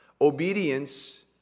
Obedience